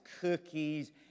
cookies